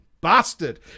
bastard